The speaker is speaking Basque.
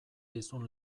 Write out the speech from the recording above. dizun